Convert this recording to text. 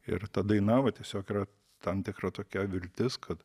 ir ta daina va tiesiog yra tam tikra tokia viltis kad